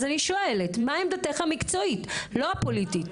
אז אני שואלת מהי עמדתך המקצועית לא הפוליטית.